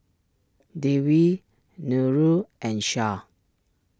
Dewi Nurul and Shah